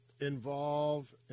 involve